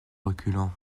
reculant